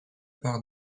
part